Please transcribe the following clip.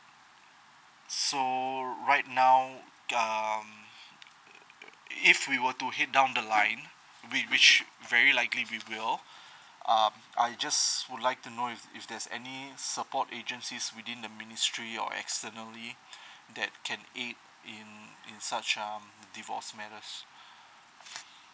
so right now um if we were to hit down the line which which very likely we will um I just would like to know if if there's any support agencies within the ministry or externally that can aid in such um divorce matters